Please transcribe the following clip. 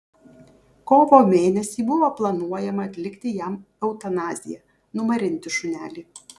kovo mėnesį buvo planuojama atlikti jam eutanaziją numarinti šunelį